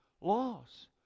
laws